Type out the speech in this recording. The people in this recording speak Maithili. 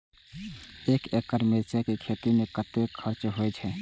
एक एकड़ मिरचाय के खेती में कतेक खर्च होय छै?